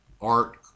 art